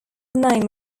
name